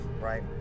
right